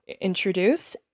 introduce